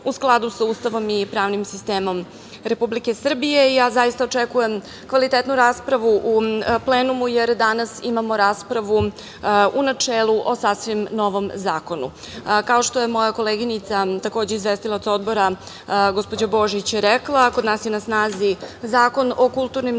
u skladu sa Ustavom i pravnim sistemom Republike Srbije. Zaista očekujem kvalitetnu raspravu u plenumu, jer danas imamo raspravu, u načelu, o sasvim novom zakonu. Kao, što je moja koleginica, takođe izvestilac Odbora, gospođa Božić rekla, kod nas je na snazi Zakon o kulturnim dobrima,